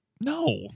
No